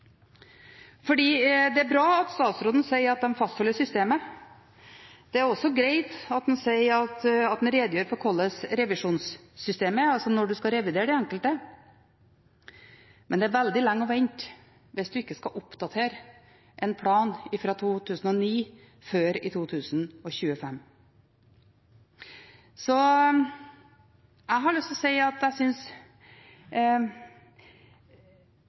Det er bra at statsråden sier at de fastholder systemet. Det er også greit at han sier at han redegjør for hvordan revisjonssystemet er – altså når en skal revidere de enkelte. Men det er veldig lenge å vente hvis en ikke skal oppdatere en plan fra 2009 før i 2025. Også de politiske partiene må få lov til å